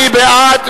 מי בעד?